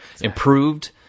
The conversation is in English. improved